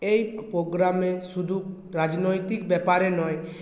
এই প্রোগ্রামে শুধু রাজনৈতিক ব্যাপারে নয়